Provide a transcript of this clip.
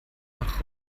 nach